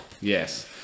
yes